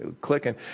clicking